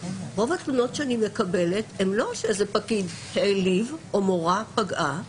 רוב התלונות שאני מקבלת זה לא שאיזה פקיד העליב או מורה פגעה,